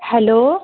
hello